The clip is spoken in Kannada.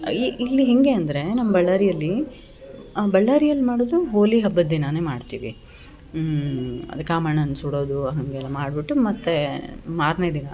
ಈ ಇಲ್ಲಿ ಹೆಂಗೆ ಅಂದರೆ ನಮ್ಮ ಬಳ್ಳಾರಿಯಲ್ಲಿ ಬಳ್ಳಾರಿಯಲ್ಲಿ ಮಾಡೋದು ಹೋಳಿ ಹಬ್ಬದ ದಿನ ಮಾಡ್ತೀವಿ ಅದು ಕಾಮಣ್ಣನ ಸುಡೋದು ಹಂಗೆಲ್ಲ ಮಾಡಿಬಿಟ್ಟು ಮತ್ತು ಮಾರನೇದಿನ